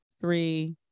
three